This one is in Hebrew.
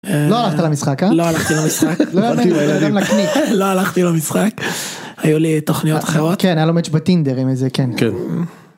לא הלכת למשחק לא הלכתי למשחק לא הלכתי למשחק היו לי תוכניות אחרות. כן היה לו מאץ' בטינדר אם איזה